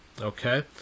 Okay